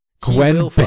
Gwen